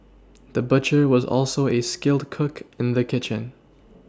the butcher was also a skilled cook in the kitchen